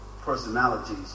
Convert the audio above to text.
personalities